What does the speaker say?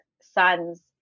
sons